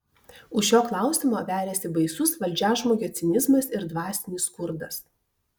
už šio klausimo veriasi baisus valdžiažmogio cinizmas ir dvasinis skurdas